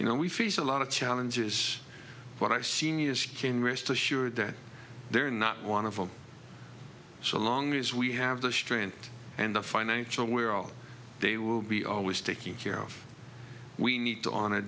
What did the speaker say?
you know we face a lot of challenges but our seniors can rest assured that they're not one of them so long as we have the strength and the financial where all they will be always taking care of we need to on a